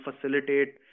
facilitate